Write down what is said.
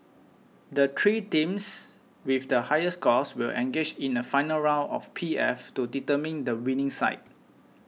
the three teams with the highest scores will engage in a final round of P F to determine the winning side